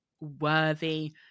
worthy